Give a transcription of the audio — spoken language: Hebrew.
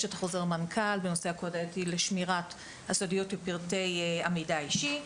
יש את חוזר מנכ"ל בנושא הקוד האתי לשמירת הסודיות ופרטי המידע האישי,